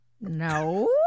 No